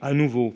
À nouveau.